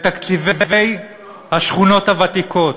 בתקציבי השכונות הוותיקות,